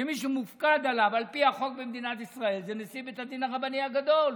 ומי שמופקד עליו על פי החוק במדינת ישראל זה נשיא בית הדין הרבני הגדול.